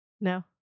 No